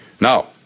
Now